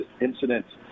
incidents